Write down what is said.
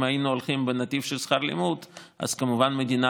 אם היינו הולכים בנתיב של שכר הלימוד אז כמובן שהמדינה